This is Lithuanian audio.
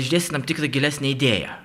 išdėstyt tam tikrą gilesnę idėją